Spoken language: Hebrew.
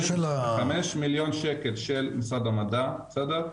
חמש מיליון שקל של משרד המדע, בסדר?